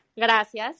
gracias